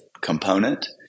component